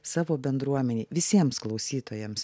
savo bendruomenei visiems klausytojams